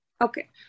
Okay